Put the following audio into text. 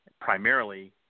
primarily